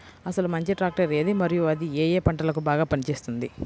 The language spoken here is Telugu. అసలు మంచి ట్రాక్టర్ ఏది మరియు అది ఏ ఏ పంటలకు బాగా పని చేస్తుంది?